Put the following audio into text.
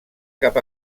cap